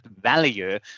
value